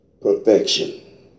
perfection